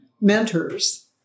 mentors